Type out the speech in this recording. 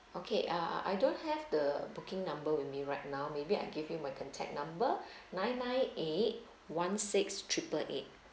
okay uh I don't have the booking number with me right now maybe I give you my contact number nine nine eight one six triple eight